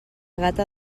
gata